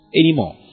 anymore